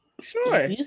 sure